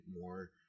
more